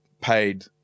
paid